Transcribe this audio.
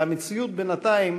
והמציאות בינתיים